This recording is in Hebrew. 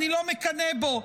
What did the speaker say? אני לא מקנא בו,